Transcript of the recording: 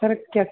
sir क्या